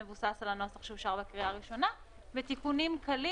על הנוסח שאושר בקריאה הראשונה עם תיקונים קלים